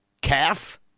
Calf